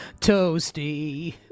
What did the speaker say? Toasty